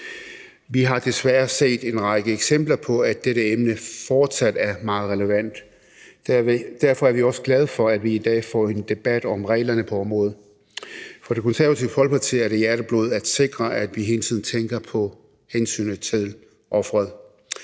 Vi har desværre set en række eksempler på, at dette emne fortsat er meget relevant. Derfor er vi også glade for, at vi i dag får en debat om reglerne på området. For Det Konservative Folkeparti er det hjerteblod at sikre, at vi hele tiden tænker på hensynet til offeret.